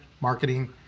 marketing